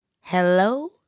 Hello